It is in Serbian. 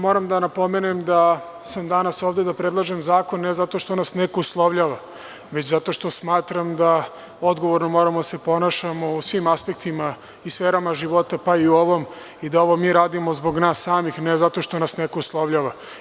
Moram da napomenem da sam danas ovde da predlažem zakone ne zato što nas neko uslovljava, već zato što smatram da odgovorno moramo da se ponašamo u svim aspektima i sferama života, pa i u ovom i da ovo mi radimo zbog nas samih i ne zato što nas neko uslovljava.